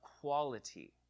quality